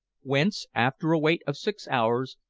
whence, after a wait of six hours,